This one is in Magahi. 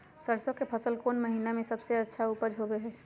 सरसों के फसल कौन महीना में सबसे अच्छा उपज होबो हय?